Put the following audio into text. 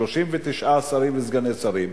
39 שרים וסגני שרים.